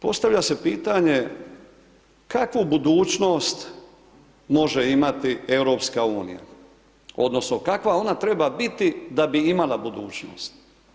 Postavlja se pitanje kakvu budućnost može imati EU odnosno kakva ona treba biti da bi imala budućnost?